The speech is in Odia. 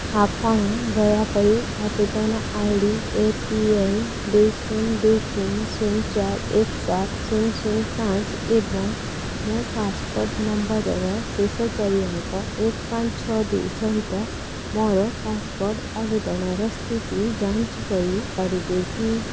ଆପଣ ଦୟାକରି ଆବେଦନ I D A P L ଦୁଇ ଶୂନ ଦୁଇ ତିନି ଶୂନ ଚାର ଏକ ସାତ ଶୂନ ଶୂନ ପାଞ୍ଚ ଏବଂ ମୋ ପାସପୋର୍ଟ୍ ନମ୍ବର୍ର ଶେଷ ଚାରି ଅଙ୍କ ଏକ ପାଞ୍ଚ ଛଅ ଦୁଇ ସହିତ ମୋର ପାସପୋର୍ଟ୍ ଆବେଦନର ସ୍ଥିତି ଯାଞ୍ଚ କରିପାରିବେ କି